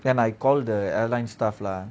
then I call the airline staff lah